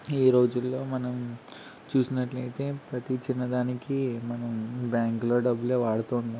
ఈ రోజుల్లో మనం చూసినట్లయితే ప్రతి చిన్న దానికి మనం బ్యాంక్లో డబ్బులే వాడుతూ ఉన్నాం